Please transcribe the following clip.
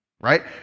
right